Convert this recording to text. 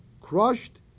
crushed